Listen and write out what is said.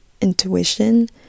intuition